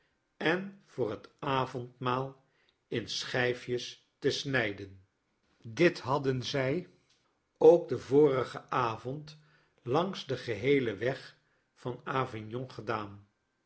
en voor net avondmaal in schijfjes te snijden dit hadden zij ook den vorigen avond langs den geheelen weg van avignon gedaan